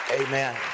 amen